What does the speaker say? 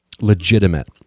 legitimate